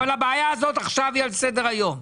אבל הבעיה הזאת עכשיו היא על סדר היום.